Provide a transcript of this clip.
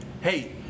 hey